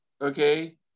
okay